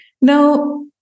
now